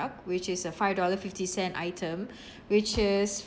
which is a five dollar fifty cent item which is